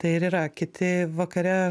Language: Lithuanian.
tai ir yra kiti vakare